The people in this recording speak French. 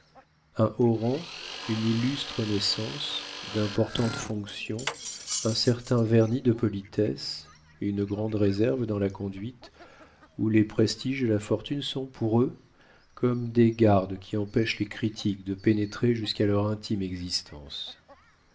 un haut rang une illustre naissance d'importantes fonctions un certain vernis de politesse une grande réserve dans la conduite ou les prestiges de la fortune sont pour eux comme des gardes qui empêchent les critiques de pénétrer jusqu'à leur intime existence